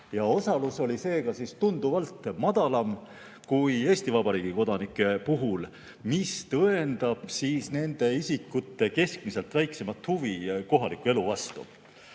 Osalus oli seega tunduvalt madalam kui Eesti Vabariigi kodanike puhul, mis tõendab nende isikute keskmisest väiksemat huvi kohaliku elu vastu.